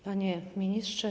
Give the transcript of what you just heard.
Panie Ministrze!